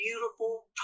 beautiful